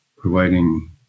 providing